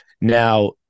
now